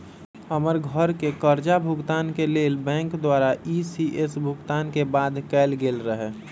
हमर घरके करजा भूगतान के लेल बैंक द्वारा इ.सी.एस भुगतान के बाध्य कएल गेल रहै